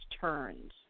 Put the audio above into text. turns